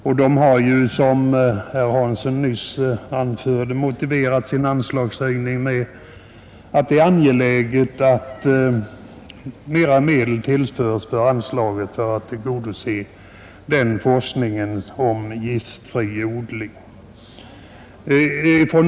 De har, som herr Hansson i Skegrie nyss anförde, motiverat sitt förslag med att det är angeläget att mera medel tillföres anslaget för att tillgodose forskningen om giftfri odling.